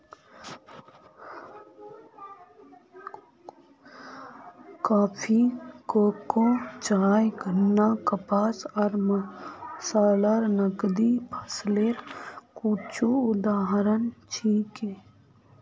coffee, cocoa, चाय, गन्ना, कपास आर मसाला नकदी फसलेर कुछू उदाहरण छिके